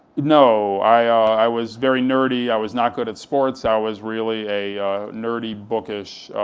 no, i was very nerdy i was not good at sports, i was really a nerdy, bookish